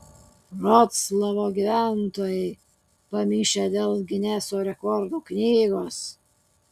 vroclavo gyventojai pamišę dėl gineso rekordų knygos